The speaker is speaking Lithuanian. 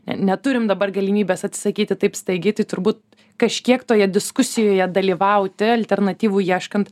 ne neturim dabar galimybės atsisakyti taip staigiai tai turbūt kažkiek toje diskusijoje dalyvauti alternatyvų ieškant